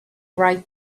right